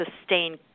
sustain